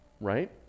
right